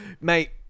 Mate